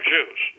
Jews